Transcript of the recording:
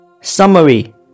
Summary